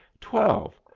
twelve.